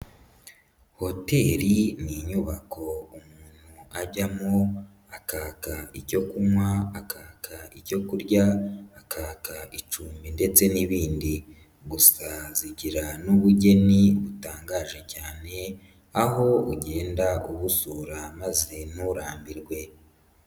Hoteli ni inyubako umuntu ajyamo akaka icyo kunywa, akaka ibyo kurya, akaka icumbi ndetse n'ibindi. Gusa zigira n'ubugeni butangaje cyane, aho ugenda ubusura maze nturambirwe.